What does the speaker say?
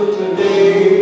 today